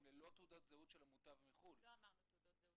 יש מחלוקת בממשלה, מחלוקת מקצועית,